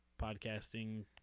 podcasting